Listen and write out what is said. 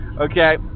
Okay